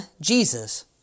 Jesus